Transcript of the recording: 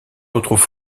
retrouve